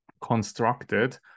constructed